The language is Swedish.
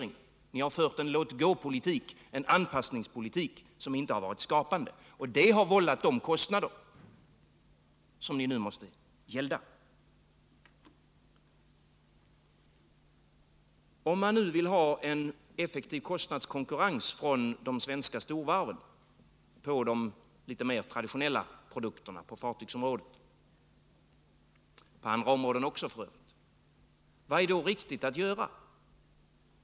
Ni Nr 164 har fört en låtgåpolitik, en anpassningspolitik som inte varit skapande, och det har vållat de kostnader som ni nu måste gälda. Om man nu vill ha en effektiv kostnadskonkurrens från de svenska storvarven på de litet mer traditionella produkterna, på fartygsområdet — på andra områden också f. ö. —, vad är då riktigt att göra?